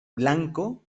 blanco